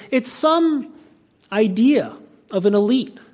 it's some idea of an elite